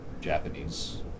Japanese